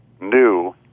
new